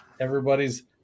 everybody's